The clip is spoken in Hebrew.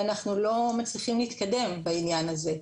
ואנחנו לא מצליחים להתקדם בעניין הזה,